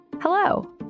Hello